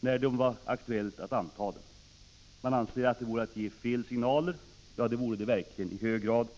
när den antogs av riksdagen. Moderaterna anser att detta vore att nu ge fel signaler. Ja, det vore det i hög grad.